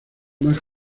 mas